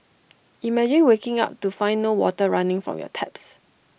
imagine waking up to find no water running from your taps